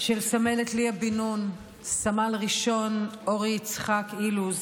של סמלת ליה בן נון, סמל ראשון אורי יצחק אילוז